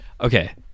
okay